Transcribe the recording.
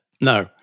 No